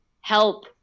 help